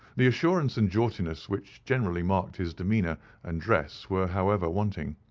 the assurance and jauntiness which generally marked his demeanour and dress were, however, wanting.